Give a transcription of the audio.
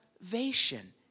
Salvation